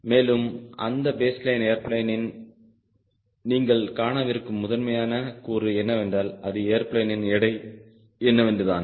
மேலும் அந்த பேஸ்லைன் ஏர்பிளேனில் நீங்கள் காணவிருக்கும் முதன்மையான கூறு என்னவென்றால் அது ஏர்பிளேனின் எடை என்னவென்று தான்